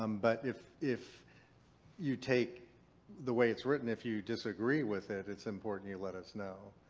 um but if if you take the way it's written, if you disagree with it it's important you let us know.